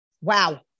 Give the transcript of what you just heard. wow